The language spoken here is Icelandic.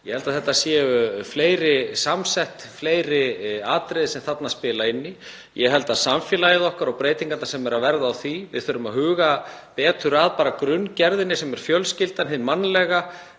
Ég held að það séu fleiri samsett atriði sem þarna spila inn í, samfélagið okkar og breytingarnar sem eru að verða á því. Við þurfum að huga betur að grunngerðinni sem er fjölskyldan, hið mannlega,